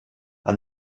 and